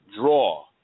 draw